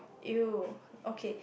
you okay